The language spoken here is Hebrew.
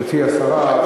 גברתי השרה,